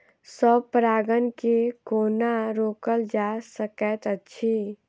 स्व परागण केँ कोना रोकल जा सकैत अछि?